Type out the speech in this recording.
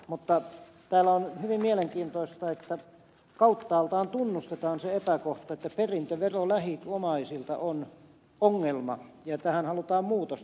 mutta on hyvin mielenkiintoista että täällä kauttaaltaan tunnustetaan se epäkohta että perintövero lähiomaisilta on ongelma ja tähän halutaan muutosta